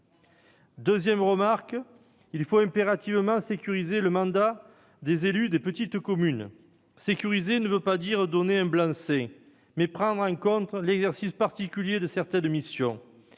Deuxième remarque : il faut impérativement sécuriser le mandat des élus des petites communes. Sécuriser ne veut pas dire donner un blanc-seing, mais cela signifie prendre en compte l'exercice particulier de certaines missions.